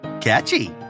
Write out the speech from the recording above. Catchy